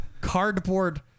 cardboard